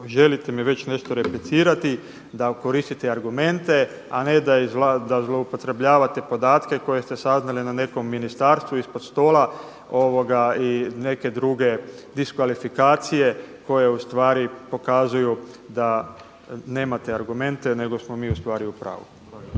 želite mi već nešto replicirati da koristite argumente, a ne da zloupotrebljavate podatke koje ste saznali na nekom ministarstvu ispod stoga i neke druge diskvalifikacije koje pokazuju da nemate argumente nego smo mi u stvari u pravu.